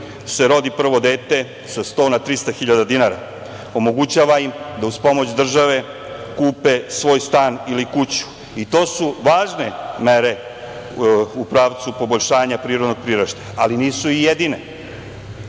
se rodi prvo dete sa 100 na 300 hiljada dinara, omogućava im da uz pomoć države kupe svoj stan ili kuću. To su važne mere u pravcu poboljšanja prirodnog priraštaja, ali nisu i jedine. Naime,